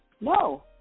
No